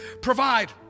provide